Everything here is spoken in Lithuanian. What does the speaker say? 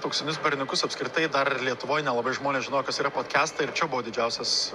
auksinius berniukus apskritai dar lietuvoj nelabai žmonės žinojo kas yra podkestai ir čia buvo didžiausias